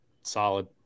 Solid